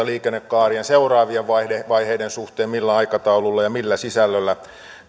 liikennekaaren seuraavien vaiheiden vaiheiden suhteen millä aikataululla ja millä sisällöllä